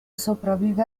sopravvive